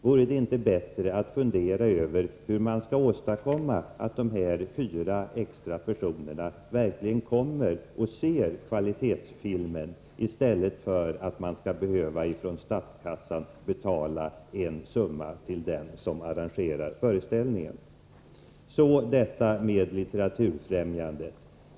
Vore det inte bättre att fundera över hur man skall åstadkomma att dessa fyra extra personer verkligen kommer och ser kvalitetsfilmen, i stället för att man från statskassan skall behöva betala en summa till den som har arrangerat föreställningen? Sedan vill jag ta upp frågan om Litteraturfrämjandet.